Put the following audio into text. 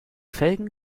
felgen